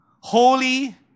holy